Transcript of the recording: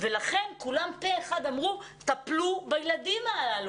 לכן כולם פה אחד אמרו, טפלו בילדים הללו.